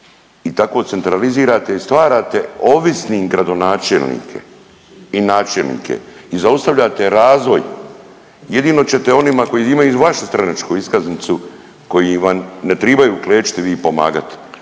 i tako centralizirate i stvarate ovisnim gradonačelnike i načelnike i zaustavljate razvoj. Jedino ćete onima koji imaju vašu stranačku iskaznicu koji vam ne tribaju klečati vi im pomagati.